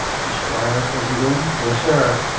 the squire is within yes, sir.